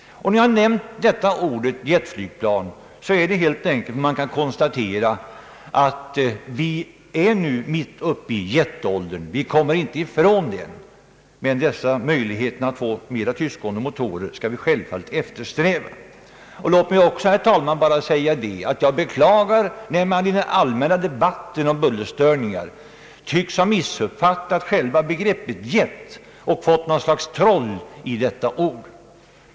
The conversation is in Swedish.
Vi är nu mitt uppe i jetåldern. Vi kan inte komma ifrån det. Men vi skall givetvis eftersträva att få mera tystgående motorer. Jag beklagar att man i den allmänna debatten om bullerstörningar tycks ha missuppfattat själva begreppet jet och att det gått något slags troll i detta ord.